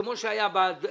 כפי שהיה במקרה